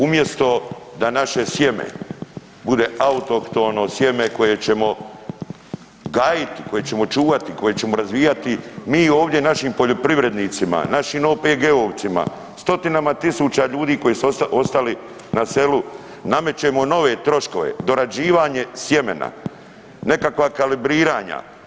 Umjesto da naše sjeme bude autohtono sjeme koje ćemo gajiti, koje ćemo čuvati, koje ćemo razvijati mi ovdje našim poljoprivrednicima, našim PG-ovcima, stotinama tisuća ljudi koji su ostali na selu namećemo nove troškove, dorađivanje sjemena, nekakva kalibriranja.